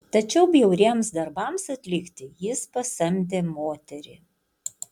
tačiau bjauriems darbams atlikti jis pasamdė moterį